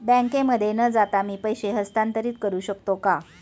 बँकेमध्ये न जाता मी पैसे हस्तांतरित करू शकतो का?